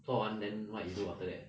做完 then what you do after that